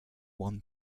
one